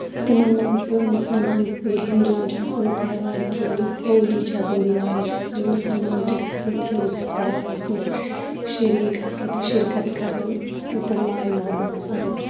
تِمن منٛزٕ مُسلمان ییٚلہِ ہِندوٗون چھُ آسان تیٚہوار کیٚنہہ یہِ ہولی چھےٚ آسان دیوالی چھ آسان مُسلمانن تہِ گژھان تِہندِس تیٚہوارَس منٛز شریٖک اَصٕل پٲٹھۍ شِرکت کران اَصٕل پٲٹھۍ ماے مُحبت سان